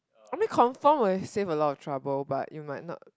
I mean confirm will save a lot of trouble but you might not